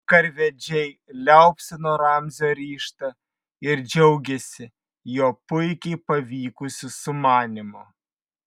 karvedžiai liaupsino ramzio ryžtą ir džiaugėsi jo puikiai pavykusiu sumanymu